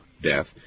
death